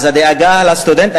אז הדאגה לסטודנט,